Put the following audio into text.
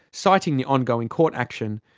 citing the ongoing court action.